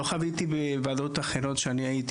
לא חוויתי בוועדות אחרות שהייתי.